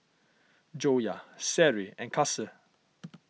Joyah Seri and Kasih